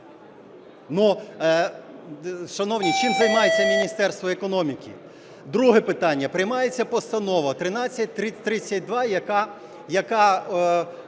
Шановні, чим займається Міністерство економіки? Друге питання. Приймається Постанова 1332, яка